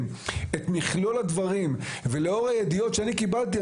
את מכלול הדברים ולאור הידיעות שאני קיבלתי,